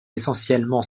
essentiellement